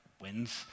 wins